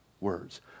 words